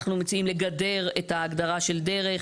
אנחנו מציעים לגדר את ההגדרה של דרך,